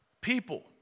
people